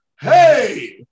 hey